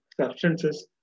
substances